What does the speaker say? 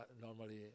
Normally